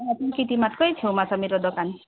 प्रकृति मार्टकै छेउमा छ मेरो दोकान